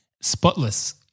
spotless